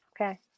Okay